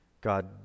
God